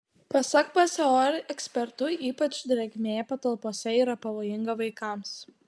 pasak pso ekspertų ypač drėgmė patalpose yra pavojinga vaikams